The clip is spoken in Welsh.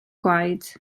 gwaed